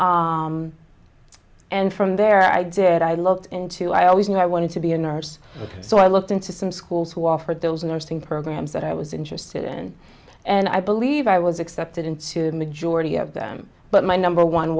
schools and from there i did i looked into i always knew i wanted to be a nurse so i looked into some schools who offered those nursing programs that i was interested in and i believe i was accepted into the majority of them but my number one